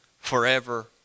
forever